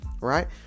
right